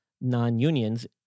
non-unions